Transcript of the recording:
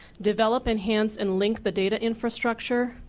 develop enhance and link the data infrastructure.